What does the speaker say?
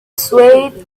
swayed